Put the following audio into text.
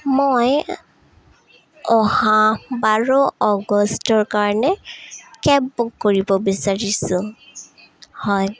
মই অহা বাৰ আগষ্টৰ কাৰণে কেব বুক কৰিব বিচাৰিছোঁ হয়